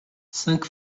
cinq